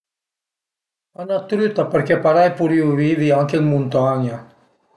na truita perché parei purìu vivi anche ën muntagna